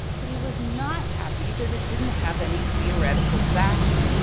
but he was not happy that it didn't have any theoretical backing.